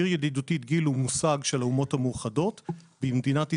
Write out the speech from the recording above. עיר ידידותית גיל זה מושג של האומות המאוחדות ובמדינת ישראל,